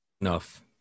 enough